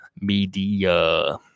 media